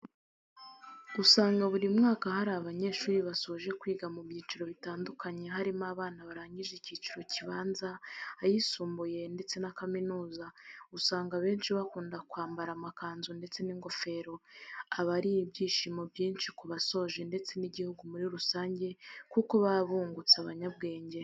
Usanga buri mwaka hari abanyeshuri basoje kwiga mu byiciro bitandukanye harimo abana barangije icyiciro kibanza, ayisumbuye ndetse na kaminuza, usanga abenshi bakunda kwambara amakanzu ndetse n'ingofero, aba ari ibyishimo byinshi ku basoje ndetse n'igihugu muri rusange kuko baba bungutse abanyabwenge.